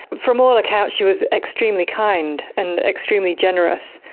from all accounts she was extremely kind and extremely generous,